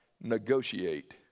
negotiate